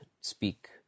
speak